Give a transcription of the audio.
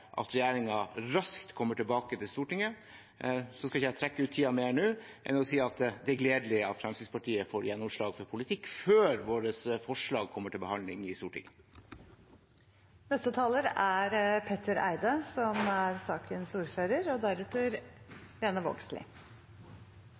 at regjeringen raskt kommer tilbake til Stortinget. Så skal jeg ikke trekke ut tiden mer nå, annet enn å si at det er gledelig at Fremskrittspartiet får gjennomslag for politikk før vårt forslag kommer til behandling i Stortinget. Vi legger her fram en sak for Stortinget som